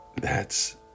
thats